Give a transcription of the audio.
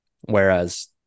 Whereas